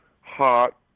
hot